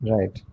Right